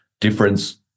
difference